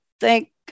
thank